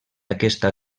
aquesta